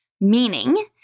Meaning